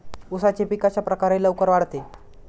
उसाचे पीक कशाप्रकारे लवकर वाढते?